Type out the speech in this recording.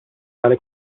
tale